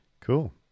Cool